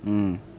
mm